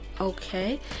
Okay